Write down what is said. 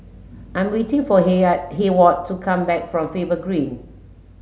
I'm waiting for Hayward to come back from Faber Green